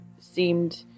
seemed